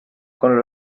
con